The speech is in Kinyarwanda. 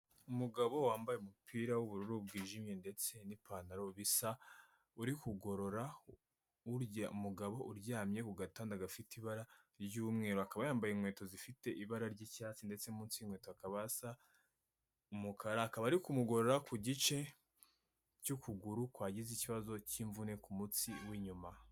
Umugabo wambaye umupira wubururu bwijimye ndetse n'ipantaro bisa, uri kugorora urya mugabo uryamye ku gatanda gafite ibara ry'umweru, akaba yambaye inkweto zifite ibara ry'icyatsi ndetse munsi y'inkweto hakaba hasa umukara akaba ari kumugorora ku gice cy'ukuguru kwagize ikibazo cy'imvune ku mutsi w'inyuma.